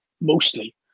mostly